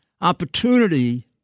opportunity